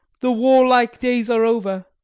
the warlike days are over.